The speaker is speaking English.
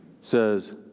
says